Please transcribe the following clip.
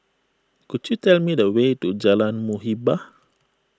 could you tell me the way to Jalan Muhibbah